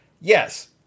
yes